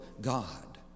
God